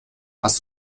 hast